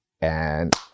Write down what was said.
and-